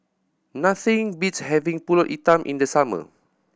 nothing beats having Pulut Hitam in the summer